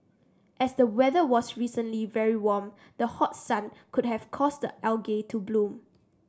as the weather was recently very warm the hot sun could have caused the algae to bloom